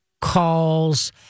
calls